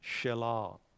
Shelah